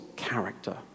character